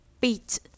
Beat